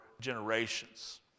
generations